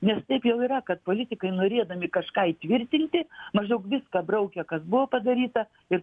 nes taip jau yra kad politikai norėdami kažką įtvirtinti maždaug viską braukia kas buvo padaryta ir